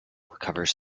covers